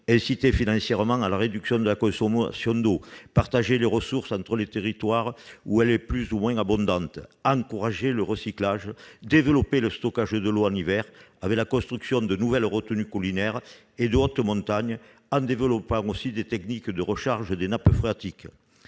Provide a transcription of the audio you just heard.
inciter financièrement à la réduction de consommation d'eau ; partager la ressource entre les territoires où elle est plus ou moins abondante ; encourager le recyclage ; développer le stockage de l'eau en hiver avec la construction de nouvelles retenues collinaires et de haute montagne et le développement de nouvelles techniques de recharge des nappes phréatiques.